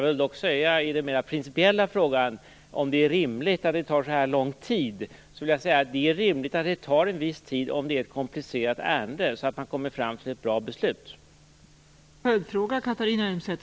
I den mer principiella frågan om det är rimligt att det tar så lång tid vill jag dock säga att det är rimligt att det tar en viss tid, om det är ett komplicerat ärende, så att man kommer fram till ett bra beslut.